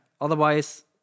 Otherwise